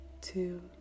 two